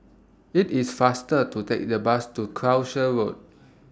IT IS faster to Take The Bus to Croucher Road